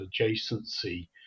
adjacency